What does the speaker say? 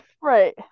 right